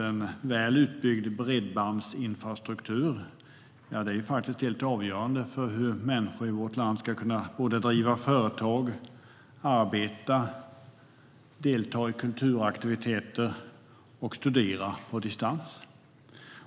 En väl utbyggd bredbandsinfrastruktur är helt avgörande för att människor ska kunna driva företag, arbeta, delta i kulturaktiviteter och studera på distans.